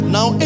Now